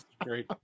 great